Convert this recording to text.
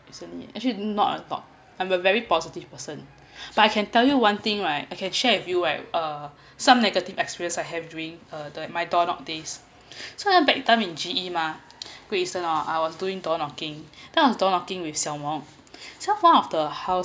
actually not a lot I'm a very positive person but I can tell you one thing right I can share with you right uh some negative experience I have during uh my door knock days so then back time in G_E mah great eastern oh I was doing door knocking then I was door knocking with siao wong so one of the house